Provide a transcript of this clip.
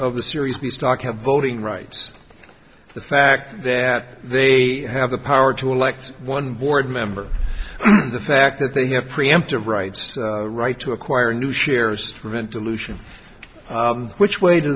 of the series the stock have voting rights the fact that they have the power to elect one board member the fact that they have preemptive rights right to acquire new shares rent dilution which way to